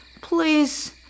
Please